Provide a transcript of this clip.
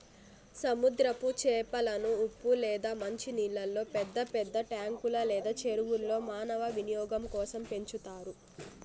సముద్రపు చేపలను ఉప్పు లేదా మంచి నీళ్ళల్లో పెద్ద పెద్ద ట్యాంకులు లేదా చెరువుల్లో మానవ వినియోగం కోసం పెంచుతారు